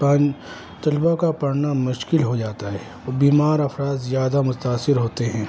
پان طلبا کا پڑھنا مشکل ہو جاتا ہے اور بیمار افراد زیادہ متاثر ہوتے ہیں